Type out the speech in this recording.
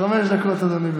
חמש דקות לרשותך, אדוני.